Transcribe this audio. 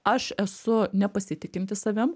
aš esu nepasitikinti savim